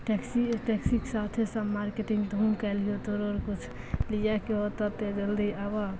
taxi आओर टैक्सीके साथे सब मार्केटिन्ग तोहूँ कै लिहो तोहरो किछु लैके होतऽ तऽ जल्दी आबऽ